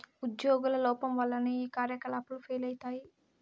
ఉజ్యోగుల లోపం వల్లనే ఈ కార్యకలాపాలు ఫెయిల్ అయితయి